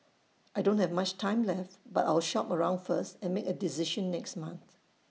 I don't have much time left but I'll shop around first and make A decision next month